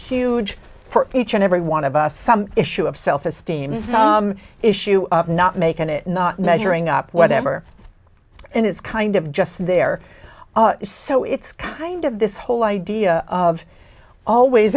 for each and every one of us some issue of self esteem issue of not making it not measuring up whatever and it's kind of just there so it's kind of this whole idea of always